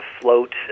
float